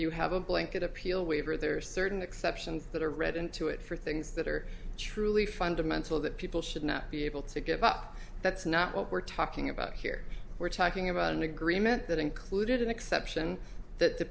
you have a bow and that appeal waiver there are certain exceptions that are read into it for things that are truly fundamental that people should not be able to give up that's not what we're talking about here we're talking about an agreement that included an exception that the